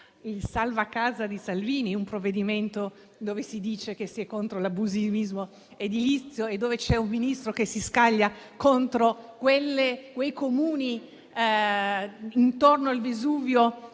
il salva casa di Salvini un provvedimento dove si dice che si è contro l'abusivismo edilizio e c'è un Ministro che si scaglia contro quei Comuni intorno al Vesuvio